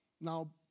now